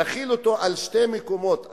להחיל אותו על שני מקומות,